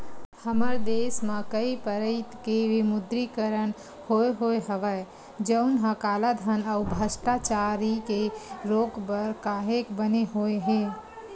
हमर देस म कइ पइत के विमुद्रीकरन होय होय हवय जउनहा कालाधन अउ भस्टाचारी के रोक बर काहेक बने होय हे